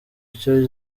icyo